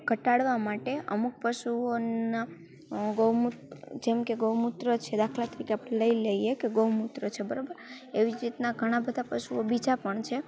ઘટાડવા માટે અમુક પશુઓના જેમકે ગૌમુત્ર છે દાખલા તરીકે આપણે લઈ લઈએ કે ગૌમૂત્ર છે બરાબર એવી જ રીતના ઘણા બધા પશુઓ બીજા પણ છે